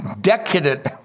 decadent